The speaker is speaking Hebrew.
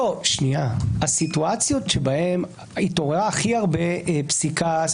הסיטואציות שבהן התעוררה הכי הרבה פסיקה,